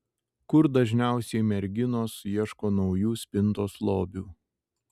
kur dažniausiai merginos ieško naujų spintos lobių